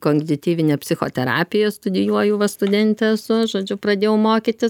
kognityvinę psichoterapiją studijuoju va studentė esu žodžiu pradėjau mokytis